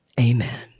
Amen